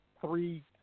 three